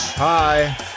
Hi